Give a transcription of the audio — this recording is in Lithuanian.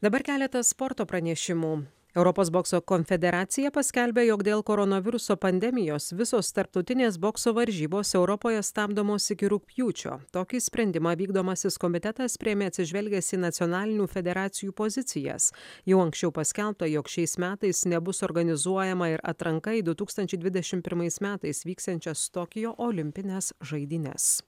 dabar keletas sporto pranešimų europos bokso konfederacija paskelbė jog dėl koronaviruso pandemijos visos tarptautinės bokso varžybos europoje stabdomos iki rugpjūčio tokį sprendimą vykdomasis komitetas priėmė atsižvelgęs į nacionalinių federacijų pozicijas jau anksčiau paskelbta jog šiais metais nebus organizuojama ir atranka į du tūkstančiai dvidešim pirmais metais vyksiančias tokijo olimpines žaidynes